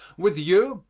with you,